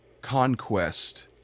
conquest